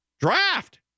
draft